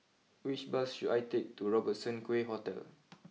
which bus should I take to Robertson Quay Hotel